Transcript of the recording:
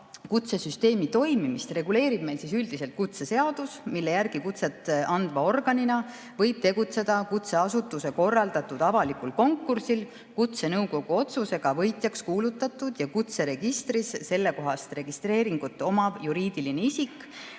kutsesüsteemi toimimist reguleerib üldiselt kutseseadus, mille järgi kutset andva organina võib tegutseda kutseasutuse korraldatud avalikul konkursil kutsenõukogu otsusega võitjaks kuulutatud ja kutseregistris sellekohast registreeringut omav juriidiline isik